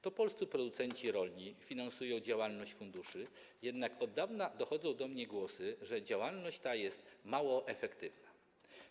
To polscy producenci rolni finansują działalność funduszy, jednak od dawna dochodzą do mnie głosy, że działalność ta jest mało efektywna.